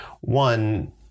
one